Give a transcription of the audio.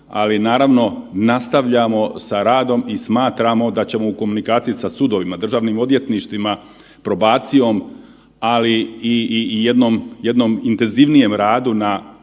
Ali naravno nastavljamo sa radom i smatramo da ćemo u komunikaciji sa sudovima, državnim odvjetništvima, probacijom, ali i jednom intenzivnijem radu na